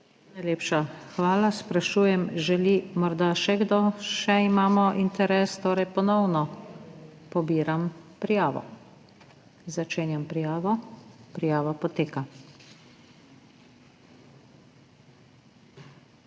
Najlepša hvala. Sprašujem, če želi morda še kdo. Še imamo interes, torej ponovno pobiram prijavo. Začenjam prijavo. Prijava poteka.